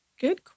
Good